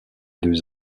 deux